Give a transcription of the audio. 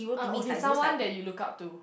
uh okay someone that you look up to